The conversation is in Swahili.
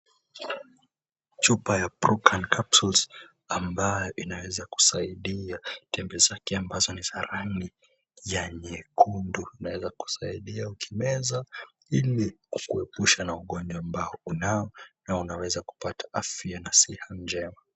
Chupa ya Prucan Capsules ambayo inaweza kusaidia, tembe zake ambazo ni za rangi ya nyekundu, inaweza kusaidia ukimeza kwa ili kuepusha na ugonjwa ambao unao na unaweza kupata afya na siha njema.